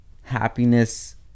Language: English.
happiness